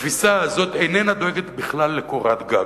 בתפיסה הזאת, איננה דואגת בכלל לקורת-גג.